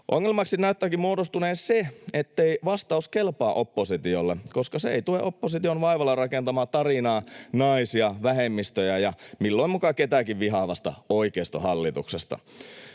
Ongelmaksi näyttääkin muodostuneen se, ettei vastaus kelpaa oppositiolle, koska se ei tue opposition vaivalla rakentamaa tarinaa naisia, vähemmistöjä ja milloin muka ketäkin vihaavasta oikeistohallituksesta.